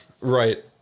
Right